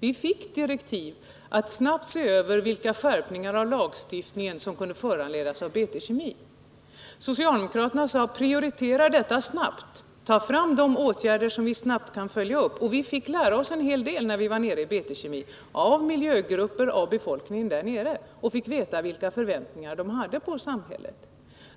Vi fick direktiven att snabbt se över vilka skärpningar av lagstiftningen som Miljöskyddsutredkunde föranledas av BT-Kemis verksamhet. Socialdemokraterna sade: Prioritera detta! Ta fram åtgärder som vi snabbt kan följa upp! Vi fick lära oss en hel del när vi besökte BT-Kemi — av miljögrupper och av lokalbefolkningen. Vi fick veta vilka förväntningar de hade på samhället.